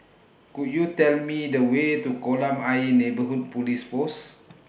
Could YOU Tell Me The Way to Kolam Ayer Neighbourhood Police Post